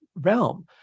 realm